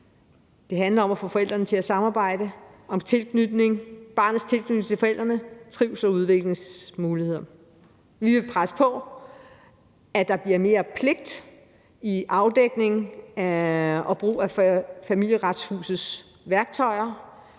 Det handler om at få forældrene til at samarbejde, om barnets tilknytning til forældrene, trivsel og udviklingsmuligheder. Vi vil presse på for, at der bliver mere pligt forbundet med afdækning af sagen og brug af Familieretshusets værktøjer